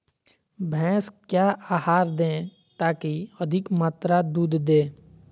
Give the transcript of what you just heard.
भैंस क्या आहार दे ताकि अधिक मात्रा दूध दे?